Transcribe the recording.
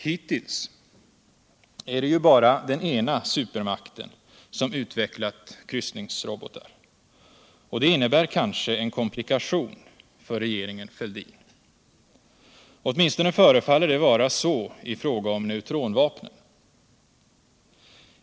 Hittills är det ju bara den ena supermakten som utvecklat kryssningsrobotar, och det innebär kanske en komplikation för regeringen Fälldin. Åtminstone förefaller det vara så i fråga om neutronvapnen.